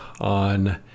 on